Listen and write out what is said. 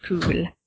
Cool